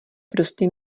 prostě